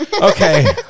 Okay